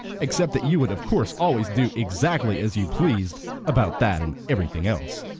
except that you would of course always do exactly as you pleased about that and everything else.